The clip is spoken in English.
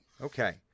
Okay